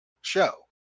show